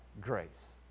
grace